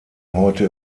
heute